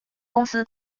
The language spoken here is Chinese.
公司